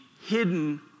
hidden